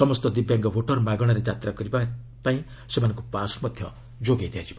ସମସ୍ତ ଦିବ୍ୟାଙ୍କ ଭୋଟର ମାଗଣାରେ ଯାତ୍ରା କରିବା ପାଇଁ ସେମାନଙ୍କୁ ପାସ୍ ଯୋଗାଇ ଦିଆଯିବ